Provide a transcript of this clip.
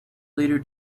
later